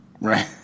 Right